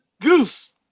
Goose